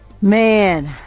man